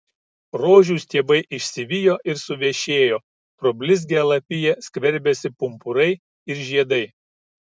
rožių stiebai išsivijo ir suvešėjo pro blizgią lapiją skverbėsi pumpurai ir žiedai